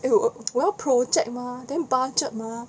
!aiyo! 我要 project mah then budget mah